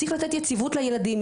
צריך לתת יציבות לילדים,